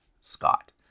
Scott